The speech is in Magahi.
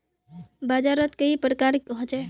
बाजार त कई प्रकार होचे?